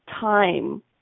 time